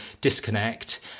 disconnect